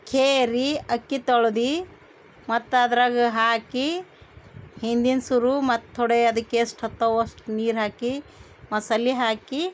ಕೇರಿ ಅಕ್ಕಿ ತೊಳ್ದು ಮತ್ತು ಅದ್ರಾಗ ಹಾಕಿ ಹಿಂದಿನ ಸುರು ಮತ್ತೆ ಥೊಡೆ ಅದಕ್ಕೆ ಎಷ್ಟು ಹತ್ತವೊ ಅಷ್ಟು ನೀರು ಹಾಕಿ ಮಸಾಲೆ ಹಾಕಿ